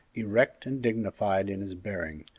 erect and dignified in his bearing,